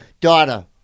daughter